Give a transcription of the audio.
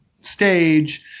stage